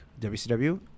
WCW